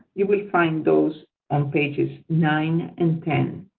you will find those on pages nine and ten.